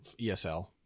ESL